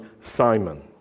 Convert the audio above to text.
Simon